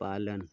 पालन